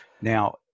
Now